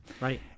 Right